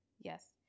Yes